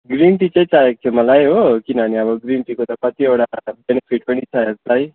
green tea चाहिँ चाहिएको थियो मलाई हो किनभने अब ग्रिन टीको त कतिवटा बेनिफिट पनि छ हेल्थलाई